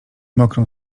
mokrą